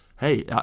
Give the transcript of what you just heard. hey